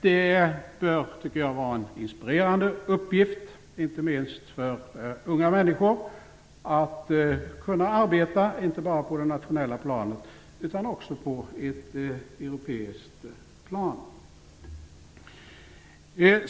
Det bör vara en inspirerande uppgift, inte minst för unga människor att kunna arbeta inte bara på det nationella planet utan också på ett europeiskt plan.